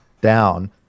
down